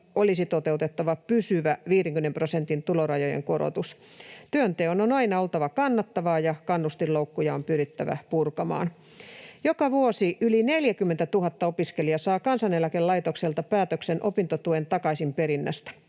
olisi toteutettava pysyvä 50 prosentin tulorajojen korotus. Työnteon on aina oltava kannattavaa, ja kannustinloukkuja on pyrittävä purkamaan. Joka vuosi yli 40 000 opiskelijaa saa Kansaneläkelaitokselta päätöksen opintotuen takaisinperinnästä.